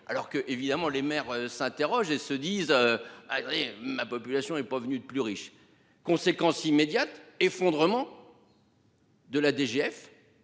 alors que évidemment les maires s'interrogent et se dise. Ma population est pas venu de plus riche. Conséquence immédiate, effondrement. De la DGF